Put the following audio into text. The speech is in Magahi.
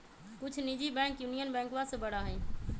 कुछ निजी बैंक यूनियन बैंकवा से बड़ा हई